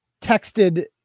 texted